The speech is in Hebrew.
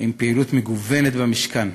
עם פעילות מגוונת במשכן.